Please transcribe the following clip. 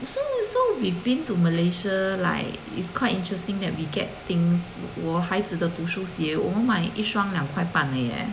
so so we've been to Malaysia like it's quite interesting that we get things 我孩子的读书鞋我们买一双两块半而已 eh